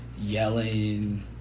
yelling